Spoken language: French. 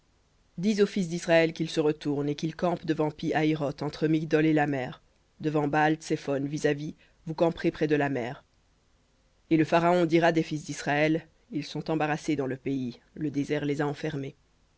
aux fils d'israël qu'ils se détournent et qu'ils campent devant pi hahiroth entre migdol et la mer devant baal tsephon vis-à-vis vous camperez près de la mer et le pharaon dira des fils d'israël ils sont embarrassés dans le pays le désert les a enfermés